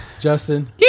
Justin